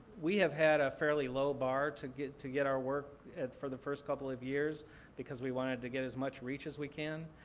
we have had a fairly low bar to get to get our work for the first couple of years because we wanted to get as much reach as we can.